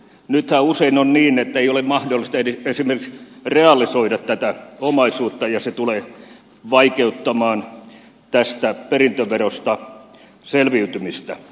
nythän usein on niin ettei ole mahdollista edes esimerkiksi realisoida tätä omaisuutta ja se tulee vaikeuttamaan tästä perintöverosta selviytymistä